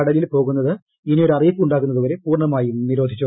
കടലിൽ പോകുന്നത് ഇനിക്കൊരുറിയിപ്പുണ്ടാ കുന്നതുവരെ പൂർണ്ണമായും നിരോധിച്ചു